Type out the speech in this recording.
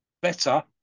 better